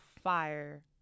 fire